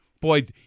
Boy